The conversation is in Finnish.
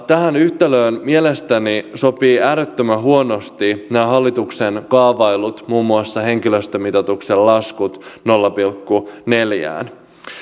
tähän yhtälöön mielestäni sopii äärettömän huonosti muun muassa nämä hallituksen kaavaillut henkilöstömitoituksen laskut nolla pilkku neljään